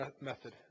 method